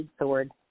sword